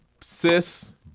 Sis